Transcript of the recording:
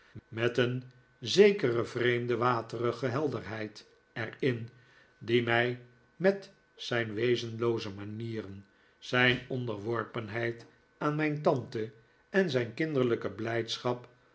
met een zekere vreemde waterige helderheid er in die mij met zijn wezenlooze manieren zijn onderworpenheid aan mijn tante en zijn kinderlijke blijdschap